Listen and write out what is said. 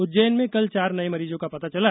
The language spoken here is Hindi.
उज्जैन में कल चार नये मरीजों का पता चला